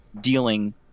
dealing